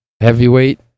heavyweight